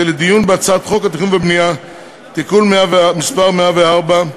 ולדיון בהצעת חוק התכנון והבנייה (תיקון מס' 104),